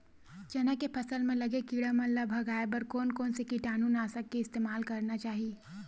चना के फसल म लगे किड़ा मन ला भगाये बर कोन कोन से कीटानु नाशक के इस्तेमाल करना चाहि?